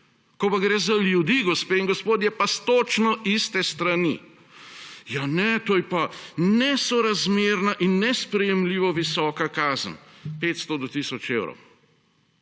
Ko pa gre za ljudi, gospe in gospodje, pa s točno iste strani – ja, ne, to je pa nesorazmerna in nesprejemljivo visoka kazen 500 do tisoč evrov.